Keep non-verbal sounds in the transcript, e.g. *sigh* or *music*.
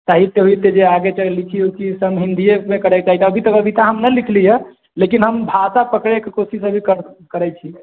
साहित्य *unintelligible* लिखी *unintelligible* अभी तऽ हम नहि लिखली यऽ लेकिन हम भाषा पकड़ैके कोशिश अभी करै छी